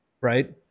right